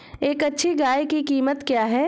एक अच्छी गाय की कीमत क्या है?